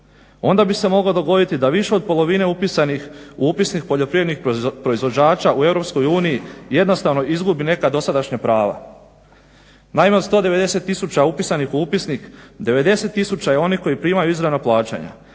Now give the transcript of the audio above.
onda bi se moglo dogoditi da više od polovine upisanih u upisnik poljoprivrednih proizvođača u EU jednostavno izgubi neka dosadašnja prava. Naime, od 190 tisuća upisanih u upisnik 90 tisuća je onih koji primaju izravna plaćanja,